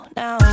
now